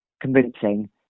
convincing